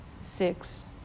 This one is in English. six